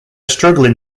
struggling